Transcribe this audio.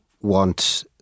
want